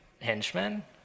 henchmen